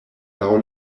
laŭ